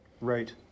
Right